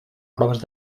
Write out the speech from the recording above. proves